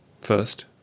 First